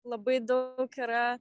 labai daug yra